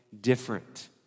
different